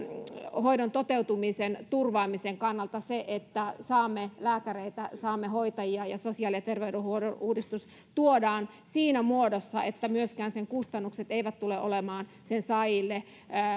hoidon toteutumisen turvaamisen kannalta se että saamme lääkäreitä saamme hoitajia ja sosiaali ja terveydenhuollon uudistus tuodaan siinä muodossa että myöskään sen kustannukset eivät tule olemaan sen saajille